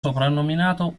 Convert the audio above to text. soprannominato